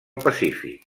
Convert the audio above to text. pacífic